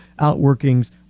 outworkings